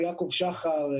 כמו יעקב שחר,